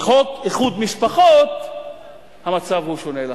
בחוק איחוד משפחות המצב הוא שונה לחלוטין,